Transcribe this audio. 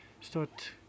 start